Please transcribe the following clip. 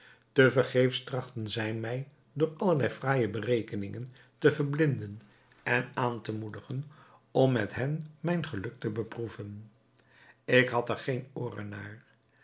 vergeefs trachtten zij mij door allerlei fraaije berekeningen te verblinden en aan te moedigen om met hen mijn geluk te beproeven ik had er geen ooren naar